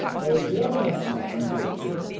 of the other men on board,